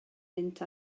mynd